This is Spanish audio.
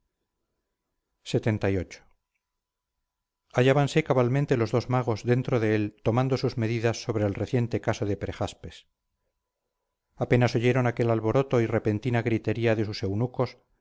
lxxviii hallábanse cabalmente los dos magos dentro de él tomando sus medidas sobre el reciente caso de prejaspes apenas oyeron aquel alboroto y repentina gritería de sus eunucos